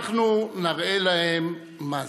אנחנו נראה להם מה זה,